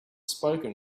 spoken